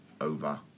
over